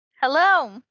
Hello